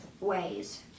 ways